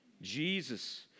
Jesus